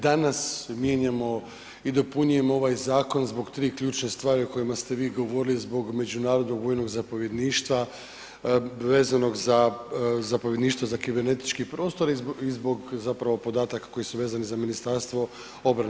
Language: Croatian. Danas mijenjamo i dopunjujemo ovaj zakon zbog tri ključne stvari o kojima ste vi govorili zbog međunarodnog vojnog zapovjedništva vezanog za zapovjedništvo za kibernetički prostor i zbog zapravo podataka koji su vezani za Ministarstvo obrane.